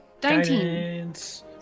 19